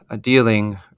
dealing